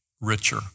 richer